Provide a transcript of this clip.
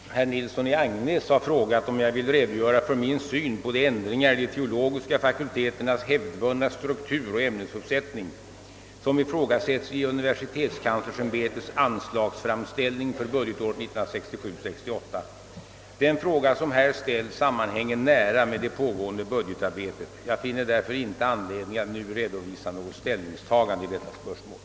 Herr talman! Herr Nilsson i Agnäs har frågat, om jag vill redogöra för min syn på de ändringar i de teologiska fakulteternas hävdvunna struktur och ämnesuppsättning, som ifrågasätts i universitetskanslersämbetets anslagsframställning för budgetåret 1967/68. Den fråga som här ställts sammanhänger nära med det pågående budgetarbetet. Jag finner därför inte anledning att nu redovisa något ställningstagande i detta spörsmål.